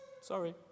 Sorry